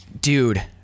dude